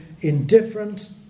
indifferent